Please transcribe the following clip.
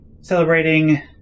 celebrating